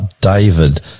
David